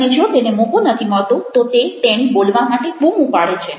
અને જો તેને મોકો નથી મળતો તો તેતેણી બોલવા માટે બૂમો પાડે છે